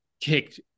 kicked